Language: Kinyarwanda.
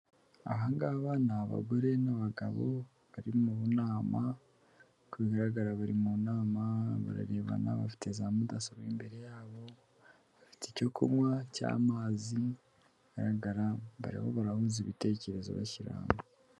Aba ngaba ni abagore n'abagabo bari mu nama ku bigaragara bari mu nama bararebana bafite za mudasobwa imbere yabo, bafite icyo kunywa cy'amazi agaragara bariho barahuza ibitekerezo bashyira hamwe.